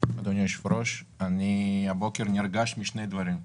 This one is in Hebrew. אדוני היושב-ראש, אני הבוקר נרגש משני דברים.